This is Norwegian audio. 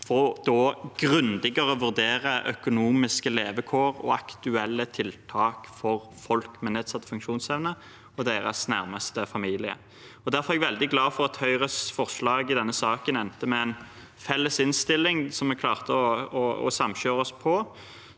for grundigere å vurdere økonomiske levekår og aktuelle tiltak for folk med nedsatt funksjonsevne og deres nærmeste familie. Derfor er jeg veldig glad for at Høyres forslag i denne saken endte med en felles innstilling, som vi klarte å samkjøre oss om,